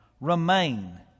remain